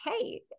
hey